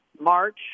March